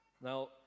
Now